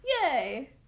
Yay